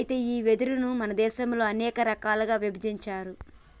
అయితే గీ వెదురును మన దేసంలో అనేక రకాలుగా ఇభజించారు